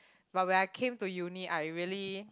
but when I came to uni I really